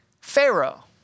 Pharaoh